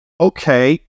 okay